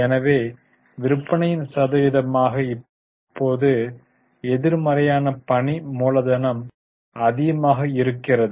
எனவே விற்பனையின் சதவீதமாக இப்போது எதிர்மறையான பணி மூலதனம் அதிகமாக இருக்கிறது